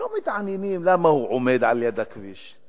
לא מתעניינים למה הוא עומד ליד הכביש.